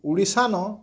ଓଡ଼ିଶାନ